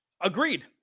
Agreed